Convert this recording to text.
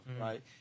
Right